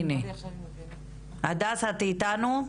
הדס את איתנו?